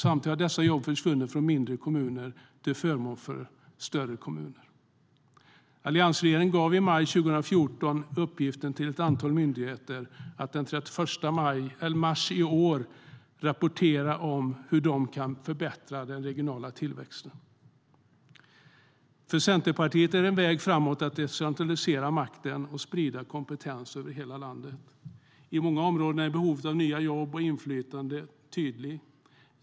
Samtidigt har dessa jobb försvunnit från mindre kommuner och till förmån för större kommuner. Alliansregeringen gav i maj 2014 ett antal myndigheter i uppgift att till den 31 mars i år rapportera om hur de kan förbättra den regionala tillväxten. För Centerpartiet är det en väg framåt att decentralisera makten och sprida kompetenser över hela landet. I många områden är behovet av nya jobb och inflyttning tydligt.